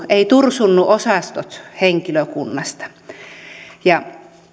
eivät tursunneet osastot henkilökuntaa ja